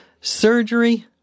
surgery